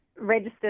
registered